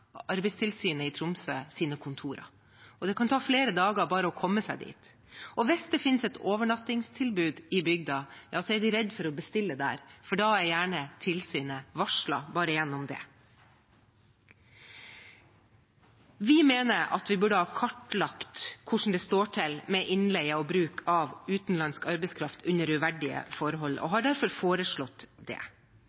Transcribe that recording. Arbeidstilsynet i Tromsø – og det kan ta flere dager bare å komme seg dit. Hvis det finnes et overnattingstilbud i bygda, er de redd for å bestille der, for da er gjerne tilsynet varslet, bare gjennom det. Vi mener at vi burde ha kartlagt hvordan det står til med innleie og bruk av utenlandsk arbeidskraft under uverdige forhold, og